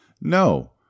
No